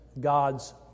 God's